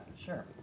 Sure